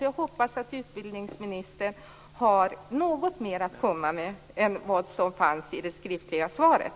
Jag hoppas att utbildningsministern har något mer att komma med än det som fanns i det skriftliga svaret.